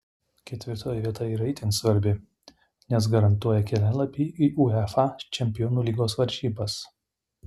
ketvirtoji vieta yra itin svarbi nes garantuoja kelialapį į uefa čempionų lygos varžybas